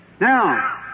Now